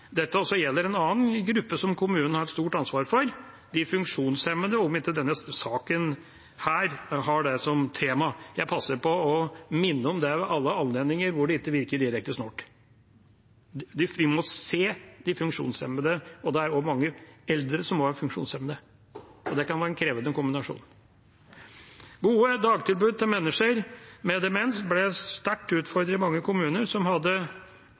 dette også gjelder en annen gruppe som kommunen har et stort ansvar for: de funksjonshemmede – om ikke saken her har det som tema. Jeg passer på å minne om det ved alle anledninger hvor det ikke virker direkte snålt. Vi må se de funksjonshemmede. Det er også mange eldre som er funksjonshemmet, og det kan være en krevende kombinasjon. Gode dagtilbud til mennesker med demens ble sterkt utfordret i mange kommuner som hadde